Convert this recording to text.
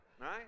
right